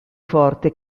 forte